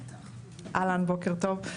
אהלן, בוקר טוב.